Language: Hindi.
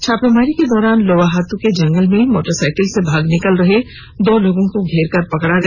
छापामारी के दौरान लोवाहात् के जंगल में मोटरसाइकिल से भाग रहे दो व्यक्ति को घेर कर पकड़ा गया